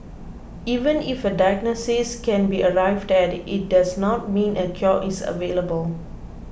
even if a diagnosis can be arrived at it does not mean a cure is available